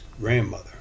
grandmother